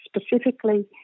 specifically